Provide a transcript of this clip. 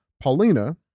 Paulina